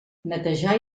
netejar